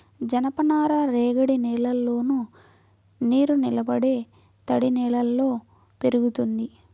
జనపనార రేగడి నేలల్లోను, నీరునిలబడే తడినేలల్లో పెరుగుతుంది